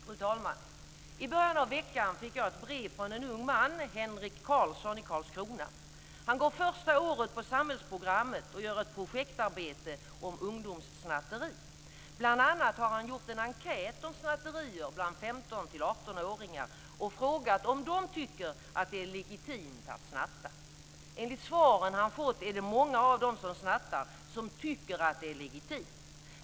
Fru talman! I början av veckan fick jag ett brev från en ung man, Henric Carlsson i Karlskrona. Han går första året på samhällsprogrammet och gör ett projektarbete om ungdomssnatteri. Bl.a. har han gjort en enkät om snatterier bland 15-18-åringar och frågat om de tycker att det är legitimt att snatta. Enligt svaren han fått är det många av dem som snattar som tycker att det är legitimt.